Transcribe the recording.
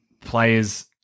players